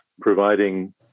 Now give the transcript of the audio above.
providing